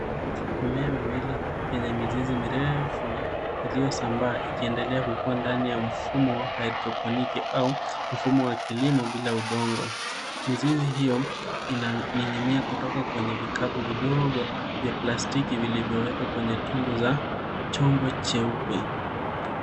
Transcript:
Mimea miwili yenye mizizi mirefu na iliyosambaa ikiendelea kukua ndani ya mfumo haidroponiki au mfumo wa kilimo bila udongo. Mizizi hiyo inaning'inia kutoka kwenye vikapu vidogo vya plastiki vilivyowekwa kwenye tundu za chombo cheupe .